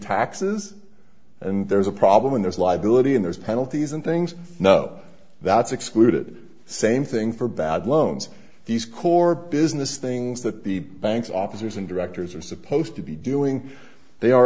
taxes and there's a problem when there's liability in those penalties and things no that's excluded same thing for bad loans these core business things that the banks officers and directors are supposed to be doing they are